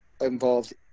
involved